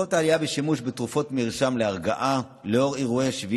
בעקבות העלייה בשימוש בתרופות מרשם להרגעה לנוכח אירועי 7 באוקטובר,